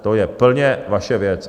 To je plně vaše věc.